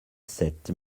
sept